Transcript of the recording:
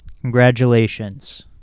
Congratulations